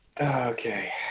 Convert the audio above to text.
Okay